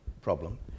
problem